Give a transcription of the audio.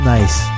Nice